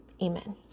Amen